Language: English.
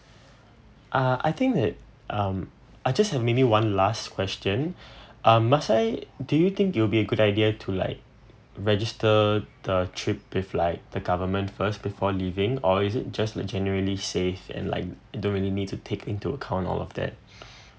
uh I think it um I just had mini one last question um must I do you think it'll be a good idea to like register the trip with like the government first before leaving or is it just generally safe and like don't really need to take into account all of that